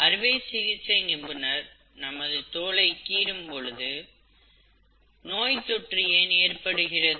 அறுவை சிகிச்சை நிபுணர் நமது தோலை கீறும் பொழுது நோய்த்தொற்று ஏன் ஏற்படுகிறது